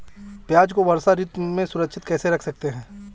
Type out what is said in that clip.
प्याज़ को वर्षा ऋतु में सुरक्षित कैसे रख सकते हैं?